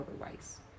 otherwise